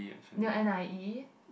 near N_I_E